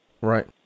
Right